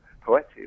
poetic